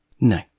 No